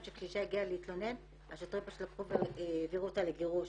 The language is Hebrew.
שכשאישה הגיעה להתלונן השוטרים לקחו ושלחו אותה לגירוש.